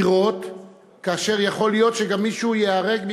לירות כאשר יכול להיות שמישהו גם ייהרג מכך,